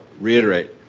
reiterate